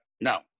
Now